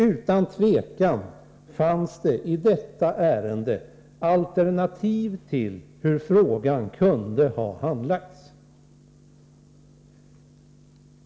Utan tvekan fanns det i detta ärende alternativ när det gäller hur frågan kunde ha handlagts.